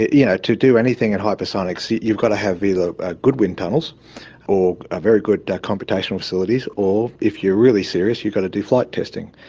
yeah to do anything in hypersonics you've got to have either ah good wind tunnels or ah very good computational facilities, or, if you are really serious, you've got to do flight testing.